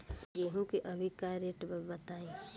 गेहूं के अभी का रेट बा बताई?